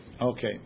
Okay